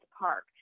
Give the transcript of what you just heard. park